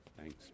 Thanks